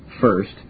First